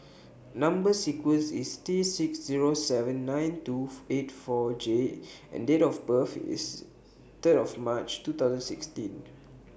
Number sequence IS T six seven nine two eight four J and Date of birth IS Third of March two thousand sixteen